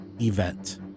event